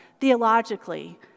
theologically